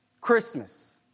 Christmas